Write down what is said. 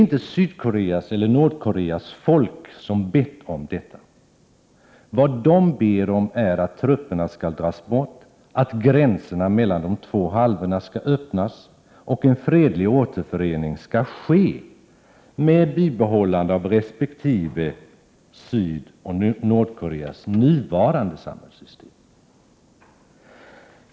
Varken Sydeller Nordkoreas folk har bett om detta, utan vad dessa människor ber om är att trupperna skall dras bort, att gränserna mellan de två halvorna skall öppnas och att en fredlig återförening skall ske med bibehållande av Sydresp. Nordkoreas nuvarande samhällssystem.